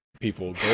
people